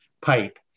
pipe